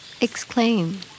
exclaim